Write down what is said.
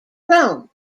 rome